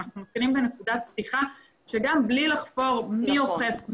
אנחנו מתחילים בנקודת פתיחה שגם בלי לחפור מי אוכף,